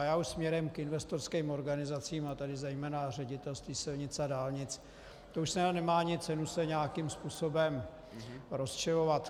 Já už směrem k investorským organizacím a tady zejména Ředitelství silnic a dálnic, to už snad ani nemá cenu se nějakým způsobem rozčilovat.